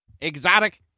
Exotic